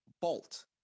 Bolt